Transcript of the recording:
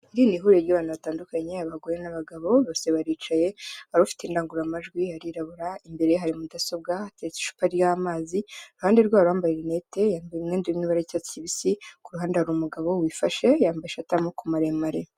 Iri ni ihuriro ry'abantu batandukanye: abagore n'abagabo bose baricaye. Hari ufite indangururamajwi arirabura, imbere hari mudasobwa hateretswe icupa ry'amazi iruhande rwe hari uwambaye rinete yambaye umwenda wibara ry'icyatsi kibisi, ku ruhande hari umugabo wifashe yambaye ishati y'amaboko maremare.